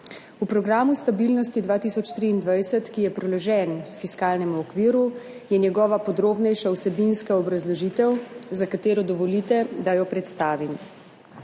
V programu stabilnosti 2023, ki je priložen fiskalnemu okviru, je njegova podrobnejša vsebinska obrazložitev, za katero dovolite, da jo predstavim.